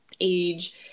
age